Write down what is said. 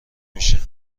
میشه